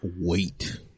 wait